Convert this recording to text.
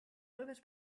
always